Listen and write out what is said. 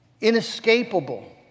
inescapable